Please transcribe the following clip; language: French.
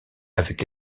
avec